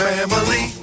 Family